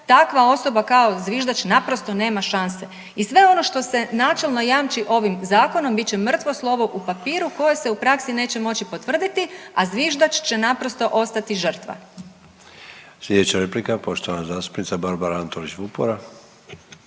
takva osoba kao zviždač naprosto nema šanse. I sve ono što se načelno jamči ovim zakonom bit će mrtvo slovo u papiru koje se u praksi neće moći potvrditi, a zviždač će naprosto ostati žrtva. **Sanader, Ante (HDZ)** Sljedeća replika poštovana zastupnica Baraba Antolić Vupora.